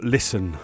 Listen